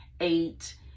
eight